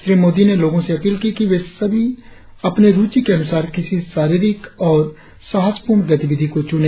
श्री मोदी ने लोगों से अपील की कि वे अपने रुची के अनुसार किसी शारीरिक और साहसपूर्ण गतिविधि को चुने